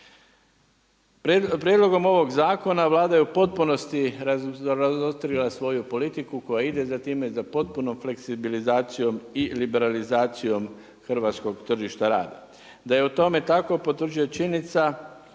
Prijedlogom ovog zakona Vlada je u potpunosti razotkrila svoju politiku koja ide za time da potpuno fleksibilizacijom i liberalizacijom hrvatskog tržišta rada. Da je o tome takom, potvrđuje činjenica